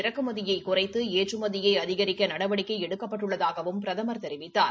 இறக்குமதியை குறைத்து ஏற்றுமதியை அதிகரிக்க நடவடிக்கை எடுக்கப்பட்டுள்ளதாகவும் பிரதமர் தெரிவித்தார்